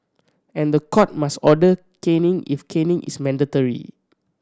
and the court must order caning if caning is mandatory